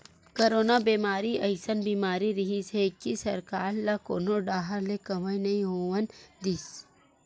corona बेमारी अइसन बीमारी रिहिस हे कि सरकार ल कोनो डाहर ले कमई नइ होवन दिस